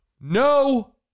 No